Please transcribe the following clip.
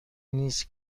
نیست